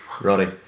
Roddy